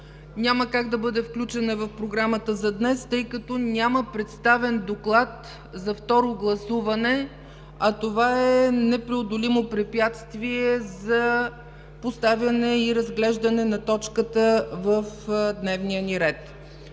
няма как да бъде включена в програмата за днес, тъй като няма представен доклад за второ гласуване, а това е непреодолимо препятствие за поставяне и разглеждане на точката в дневния ни ред.